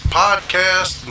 podcast